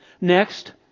Next